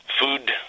food